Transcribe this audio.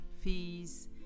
fees